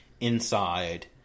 inside